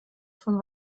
von